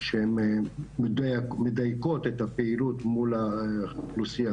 שהן מדייקות את הפעילות מול האוכלוסייה,